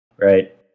Right